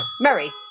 Mary